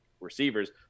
receivers